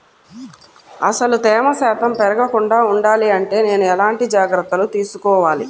అసలు తేమ శాతం పెరగకుండా వుండాలి అంటే నేను ఎలాంటి జాగ్రత్తలు తీసుకోవాలి?